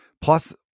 plus